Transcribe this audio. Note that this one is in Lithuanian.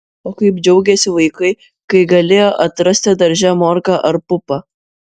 o kaip džiaugėsi vaikai kai galėjo atrasti darže morką ar pupą